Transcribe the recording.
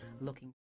Looking